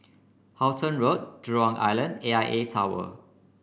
Halton Road Jurong Island A I A Tower